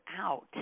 out